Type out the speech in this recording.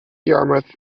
yarmouth